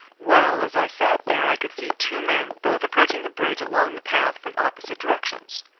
well, as i sat there i could see two men, both approaching the bridge along the path from opposite directions.